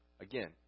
Again